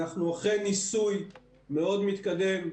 אנחנו אחרי ניסוי מאוד מתקדם,